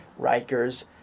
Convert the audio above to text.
Rikers